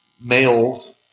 males